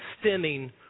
stemming